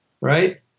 right